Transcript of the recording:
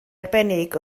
arbennig